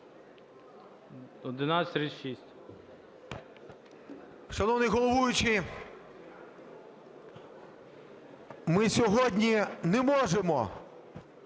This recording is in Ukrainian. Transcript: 1136.